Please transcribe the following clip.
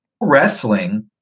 wrestling